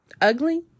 ugly